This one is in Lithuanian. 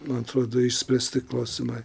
man atrodo išspręsti klausimai